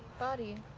body?